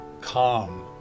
calm